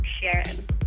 Sharon